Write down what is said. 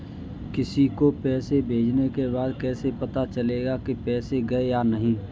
किसी को पैसे भेजने के बाद कैसे पता चलेगा कि पैसे गए या नहीं?